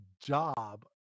job